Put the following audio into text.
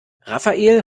rafael